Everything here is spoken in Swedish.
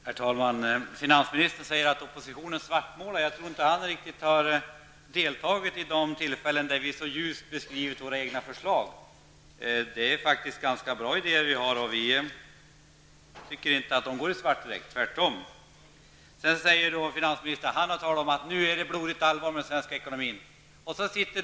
Herr talman! Finansministern säger att oppositionen svartmålar. Men jag tror inte att han riktigt har deltagit vid de tillfällen då vi mycket ljust har beskrivit våra egna förslag. Vi har faktiskt ganska bra idéer. Vi tycker inte att de direkt går i svart -- tvärtom! Finansministern hävdar att han har sagt att det nu är blodigt allvar när det gäller den svenska ekonomin.